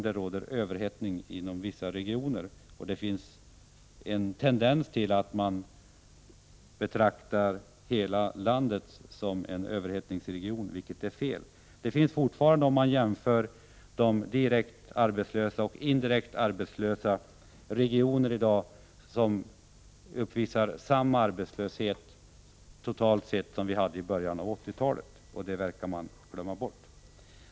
Det råder överhettning inom vissa regioner, och det finns en tendens att betrakta hela landet som en överhettningsregion, vilket är fel. Om man jämför de direkt arbetslösa och de indirekt arbetslösa, finner man att det fortfarande finns regioner som uppvisar samma arbetslöshet totalt sett som i början av 80-talet. Det tycks man glömma bort.